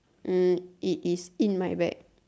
uh it is in my bag